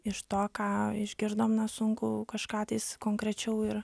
iš to ką išgirdom na sunku kažką tais konkrečiau ir